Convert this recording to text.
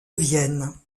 vienne